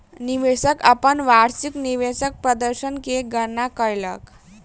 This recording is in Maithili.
निवेशक अपन वार्षिक निवेश प्रदर्शन के गणना कयलक